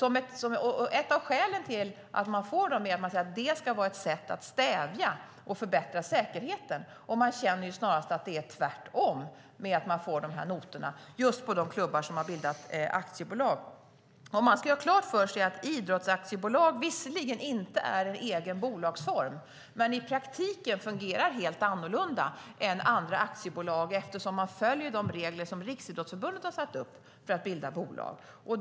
Ett av skälen till att de får dem är att de ska vara ett sätt att stävja oroligheter och förbättra säkerheten. Man känner snarast att det är tvärtom när man, alltså de klubbar som har bildat aktiebolag, får de här notorna. Man ska ha klart för sig att idrottsaktiebolag visserligen inte är en egen bolagsform, men i praktiken fungerar de helt annorlunda än andra aktiebolag, eftersom de följer de regler för att bilda bolag som Riksidrottsförbundet har satt upp.